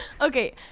Okay